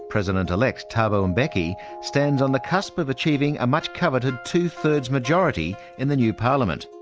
president-elect, thabo mbeki, stands on the cusp of achieving a much-coveted two-thirds majority in the new parliament.